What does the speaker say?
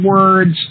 words